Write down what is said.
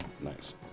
Nice